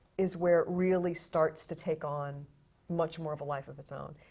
is where it really starts to take on much more of a life of its own.